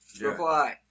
reply